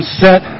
set